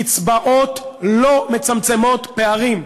קצבאות לא מצמצמות פערים,